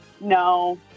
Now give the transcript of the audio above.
no